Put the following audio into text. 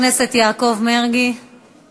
להזין בכוח את האסירים הביטחוניים שלה,